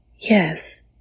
Yes